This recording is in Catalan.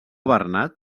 bernat